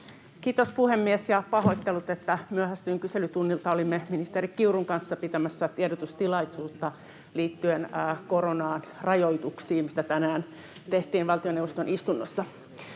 Kiitos, puhemies, ja pahoittelut, että myöhästyin kyselytunnilta. Olimme ministeri Kiurun kanssa pitämässä tiedotustilaisuutta liittyen koronarajoituksiin, joita tänään tehtiin valtioneuvoston istunnossa.